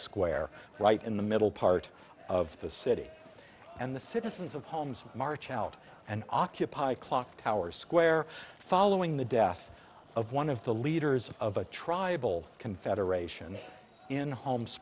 square right in the middle part of the city and the citizens of homes march out and occupy clocktower square following the death of one of the leaders of a tribal confederation in homes